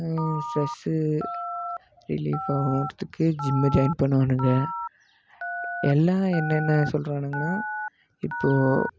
stress relief ஆகிறதுக்கு gym join பண்ணுவானுங்க எல்லாம் என்னென்ன சொல்றானுங்கன்னால் இப்போது